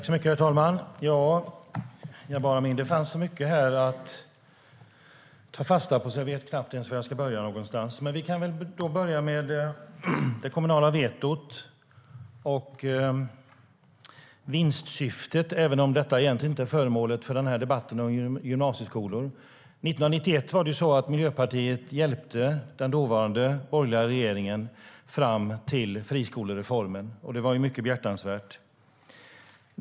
Herr talman! Det fanns så mycket att ta fasta på, Jabar Amin, att jag knappt vet var jag ska börja någonstans. Men vi kan väl börja med det kommunala vetot och vinstsyftet, även om de egentligen inte är föremål för debatten om gymnasieskolor. År 1991 hjälpte Miljöpartiet den dåvarande borgerliga regeringen fram till friskolereformen. Det var mycket behjärtansvärt.